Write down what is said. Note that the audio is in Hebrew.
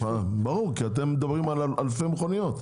ברור, כי אתם מדברים על אלפי מכוניות.